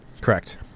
Correct